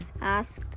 asked